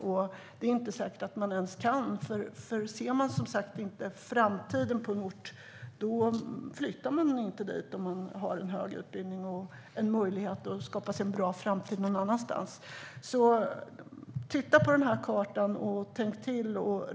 Det är inte säkert att det ens går, för om man inte ser någon framtid på en ort flyttar man nog inte dit om man har hög utbildning och möjlighet att skapa sig en bra framtid någon annanstans. Titta alltså på den här kartan, och tänk till!